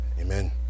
amen